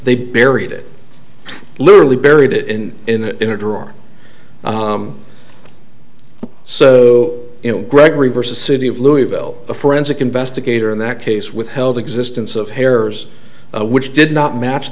they buried it literally buried it in in a in a drawer so you know gregory versus city of louisville a forensic investigator in that case withheld existence of hairs which did not match